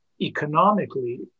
economically